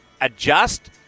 adjust